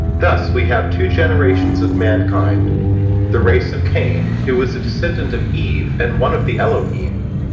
thus we have two generations of mankind the race of cain, who was a descendant of eve and one of the elohim,